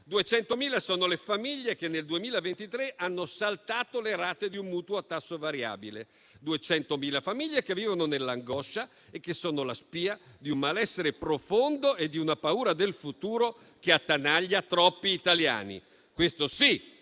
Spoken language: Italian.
200.000 sono le famiglie che nel 2023 hanno saltato le rate di un mutuo a tasso variabile; 200.000 sono le famiglie che vivono nell'angoscia e che sono la spia di un malessere profondo e di una paura del futuro che attanaglia troppi italiani. Questo, sì,